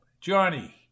Johnny